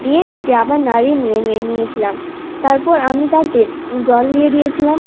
দিয়ে সেটি আবার নাড়িয়ে নিয়েছিলাম তারপর আমি তাতে জল দিয়ে দিয়েছিলাম